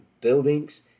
buildings